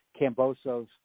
Cambosos